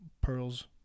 Pearls